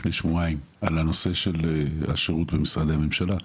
לפני שבועיים על הנושא של השירות במשרדי הממשלה.